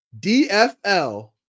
DFL